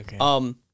Okay